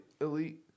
elite